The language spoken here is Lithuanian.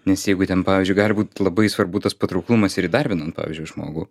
nes jeigu ten pavyzdžiui gali būt labai svarbu tas patrauklumas ir įdarbinant pavyzdžiui žmogų